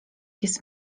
jest